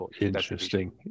Interesting